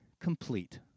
complete